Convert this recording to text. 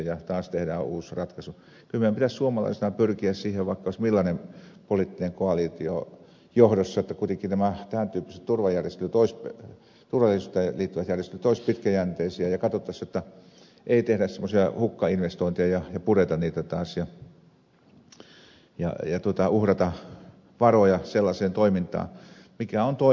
kyllä meidän pitäisi suomalaisina pyrkiä siihen vaikka olisi millainen poliittinen koalitio johdossa että kuitenkin nämä tämän tyyppiset turvallisuuteen liittyvät järjestelyt olisivat pitkäjänteisiä ja katsottaisiin jotta ei tehdä semmoisia hukkainvestointeja ja pureta niitä taas ja uhrata varoja sellaisen muuttamiseen mikä on toimiva järjestelmä